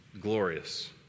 glorious